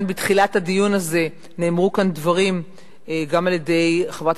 בתחילת הדיון הזה נאמרו דברים גם על-ידי חברת